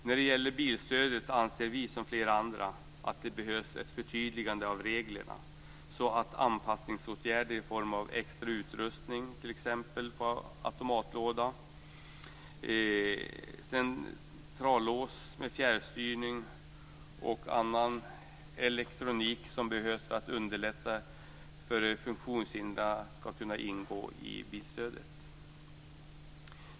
När det gäller bilstödet anser vi som flera andra att det behövs ett förtydligande av reglerna så att anpassningsåtgärder i form av extra utrustning - t.ex. automatlåda, centrallås med fjärrstyrning och annan elektronik som behövs för att underlätta för de funktionhindrade - skall kunna ingå i bilstödet.